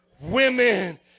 women